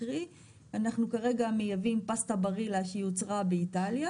קרי אנחנו כרגע מייבאים פסטה ברילה שיוצרה באיטליה